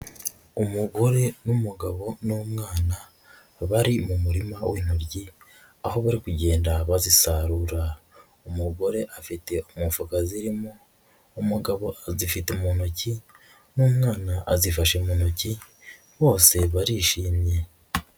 Umugore n'umugabo n'umwana bari mu murima w'intoryi, aho bari kugenda bazisarura. Umugore afite umufuka zirimo, umugabo azifite mu ntoki n'umwana azifashe mu ntoki, bose barishimye.